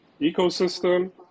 ecosystem